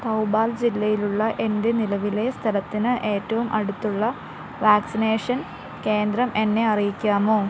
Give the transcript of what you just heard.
തൗബാൽ ജില്ലയിലുള്ള എൻ്റെ നിലവിലെ സ്ഥലത്തിന് ഏറ്റവും അടുത്തുള്ള വാക്സിനേഷൻ കേന്ദ്രം എന്നെ അറിയിക്കാമോ